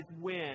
win